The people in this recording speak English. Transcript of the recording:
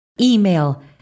email